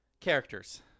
Characters